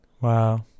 Wow